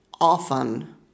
often